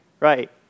Right